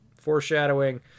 foreshadowing